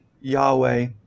Yahweh